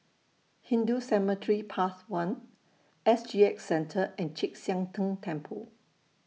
Hindu Cemetery Path one S G X Centre and Chek Sian Tng Temple